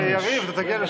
יריב, אתה תגיע ל-07:00.